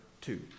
two